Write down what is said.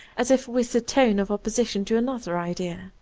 as if with a tone of opposition to another idea.